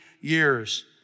years